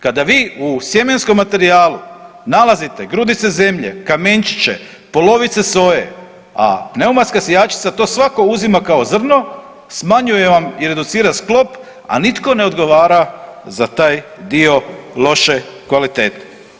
Kada vi u sjemenskom materijalu nalazite grudice zemlje, kamenčiće, polovice soje, a pneumatska sijačica to svako uzima kao zrno smanjuje vam i reducira sklop, a nitko ne odgovara za taj dio loše kvalitete.